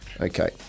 Okay